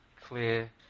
clear